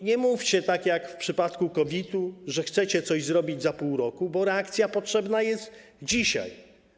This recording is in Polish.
Nie mówcie, tak jak w przypadku COVID-u, że chcecie coś zrobić za pół roku, bo reakcja jest potrzebna dzisiaj.